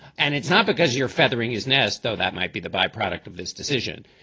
and it's not because you're feathering his nest, though that might be the byproduct of this decision.